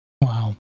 Wow